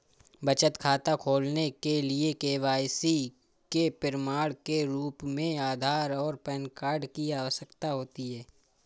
बचत खाता खोलने के लिए के.वाई.सी के प्रमाण के रूप में आधार और पैन कार्ड की आवश्यकता होती है